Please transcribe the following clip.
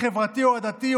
חברתי או עדתי,